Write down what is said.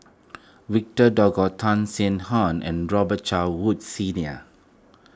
Victor Doggett Tan Sin Aun and Robet Carr Woods Senior